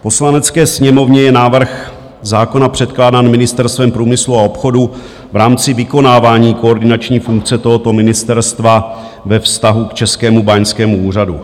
V Poslanecké sněmovně je návrh zákona předkládán Ministerstvem průmyslu a obchodu v rámci vykonávání koordinační funkce tohoto ministerstva ve vztahu k Českému báňskému úřadu.